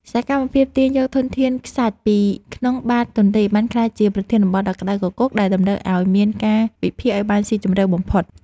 សកម្មភាពទាញយកធនធានខ្សាច់ពីក្នុងបាតទន្លេបានក្លាយជាប្រធានបទដ៏ក្តៅគគុកដែលតម្រូវឱ្យមានការវិភាគឱ្យបានស៊ីជម្រៅបំផុត។